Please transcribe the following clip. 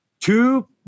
two